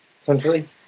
essentially